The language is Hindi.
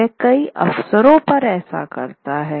वह कई अवसरों पर ऐसा करता है